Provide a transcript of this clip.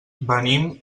venim